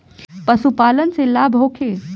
पशु पालन से लाभ होखे?